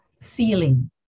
feeling